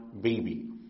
baby